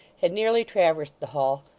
had nearly traversed the hall,